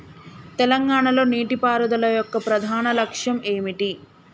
తెలంగాణ లో నీటిపారుదల యొక్క ప్రధాన లక్ష్యం ఏమిటి?